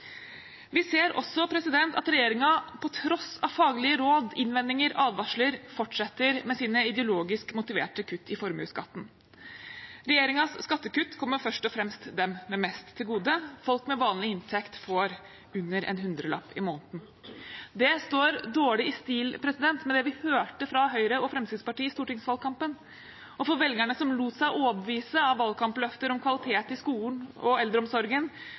Vi ser også at regjeringen på tross av faglige råd, innvendinger og advarsler fortsetter med sine ideologisk motiverte kutt i formuesskatten. Regjeringens skattekutt kommer først og fremst dem med mest til gode. Folk med vanlig inntekt får under en hundrelapp i måneden. Det står dårlig i stil med det vi hørte fra Høyre og Fremskrittspartiet i stortingsvalgkampen, og for velgerne som lot seg overbevise av valgkampløfter om kvalitet i skolen og eldreomsorgen,